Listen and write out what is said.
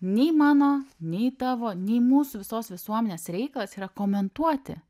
nei mano nei tavo nei mūsų visos visuomenės reikalas yra komentuoti